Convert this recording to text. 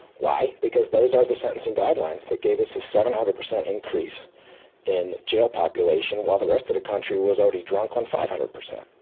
why? because those are the sentencing guidelines that gave us a seven hundred percent increase in jail population, while the rest of the country was already drunk on five hundred percent.